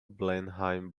blenheim